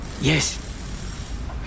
Yes